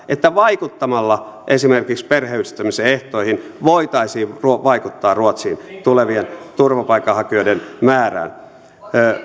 että vaikuttamalla esimerkiksi perheenyhdistämisen ehtoihin voitaisiin vaikuttaa ruotsiin tulevien turvapaikanhakijoiden määrään